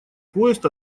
поезд